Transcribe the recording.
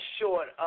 short